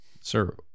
Sir